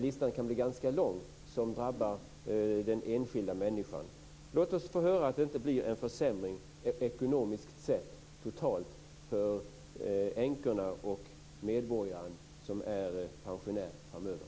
Listan kan bli ganska lång när det gäller det som drabbar den enskilda människan. Låt oss få höra att det inte blir en försämring ekonomiskt sett totalt framöver för änkorna och de medborgare som är pensionärer.